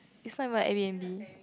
it's even a Airbnb